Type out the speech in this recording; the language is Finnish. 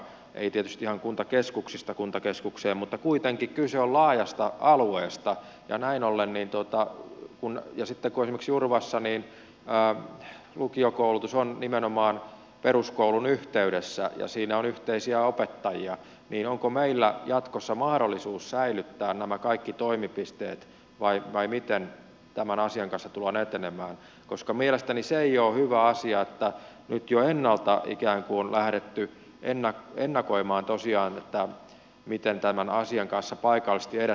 ei tietysti ihan kuntakeskuksesta kuntakeskukseen mutta kuitenkin kyse on laajasta alueesta ja näin ollen niin totta on että sitten kun esimerkiksi jurvassa lukiokoulutus on nimenomaan peruskoulun yhteydessä ja siinä on yhteisiä opettajia niin onko meillä jatkossa mahdollisuus säilyttää nämä kaikki toimipisteet vai miten tämän asian kanssa tullaan etenemään koska mielestäni se ei ole hyvä asia että nyt jo ennalta ikään kuin on lähdetty ennakoimaan miten tämän asian kanssa paikallisesti edettäisiin